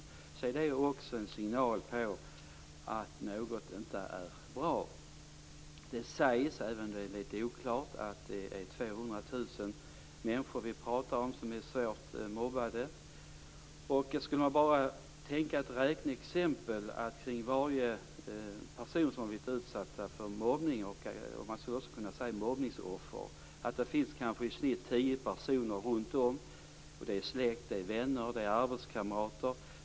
Det är också en signal om att något inte är bra. Det sägs, även om det är litet oklart, att det är 200 000 människor vi pratar om som är svårt mobbade. Man skulle kunna tänka sig ett räkneexempel. För varje person som blir utsatt för mobbning, man skulle kunna säga mobbningsoffer, finns det kanske i snitt tio personer runt omkring. Det är släkt. Det är vänner. Det är arbetskamrater.